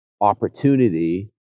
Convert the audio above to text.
opportunity